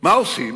מה עושים,